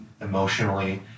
emotionally